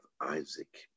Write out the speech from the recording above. Isaac